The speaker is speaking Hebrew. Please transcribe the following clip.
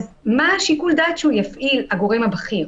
מה שיקול הדעת שהוא יפעיל, הגורם הבכיר?